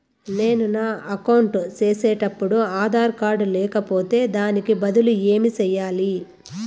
నేను నా అకౌంట్ సేసేటప్పుడు ఆధార్ కార్డు లేకపోతే దానికి బదులు ఏమి సెయ్యాలి?